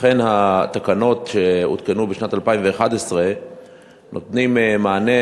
אכן התקנות שהותקנו בשנת 2011 נותנות מענה